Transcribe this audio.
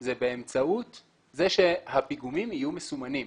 היא באמצעות זה שהפיגומים יהיו מסומנים.